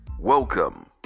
Welcome